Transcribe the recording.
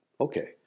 Okay